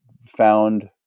found